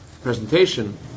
presentation